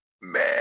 man